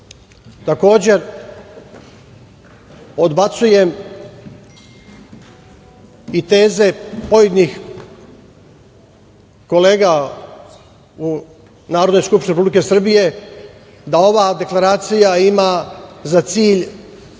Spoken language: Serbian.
odbacujem i teze pojedinih kolega u Narodnoj skupštini Republike Srbije da ova Deklaracija ima za cilj